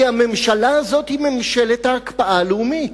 כי הממשלה הזו היא ממשלת ההקפאה הלאומית.